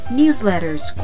newsletters